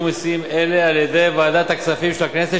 מסים אלה על-ידי ועדת הכספים של הכנסת,